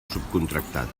subcontractat